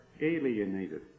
alienated